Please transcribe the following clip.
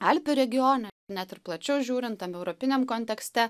alpių regione net ir plačiau žiūrint tam europiniam kontekste